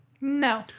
No